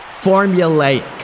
Formulaic